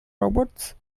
robots